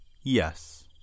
Yes